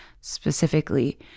specifically